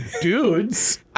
dudes